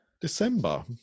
December